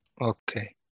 Okay